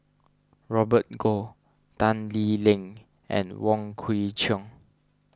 Robert Goh Tan Lee Leng and Wong Kwei Cheong